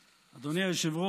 השר,